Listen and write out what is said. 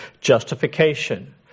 Justification